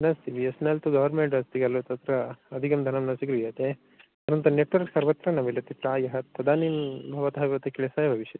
नास्ति B S N L तु government अस्ति खलु तत्र अधिकं धनं न स्वीक्रियते एवं तत् नेट्वर्क् सर्वत्र न मिलति प्रायः तदानीं भवतः कृते क्लेशः एव भविष्यति